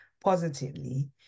positively